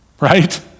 right